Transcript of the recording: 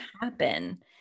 happen